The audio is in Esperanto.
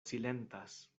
silentas